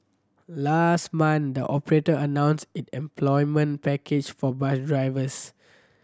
last month the operator announced its employment package for bus drivers